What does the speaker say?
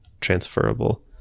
transferable